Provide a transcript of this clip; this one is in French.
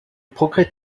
progrès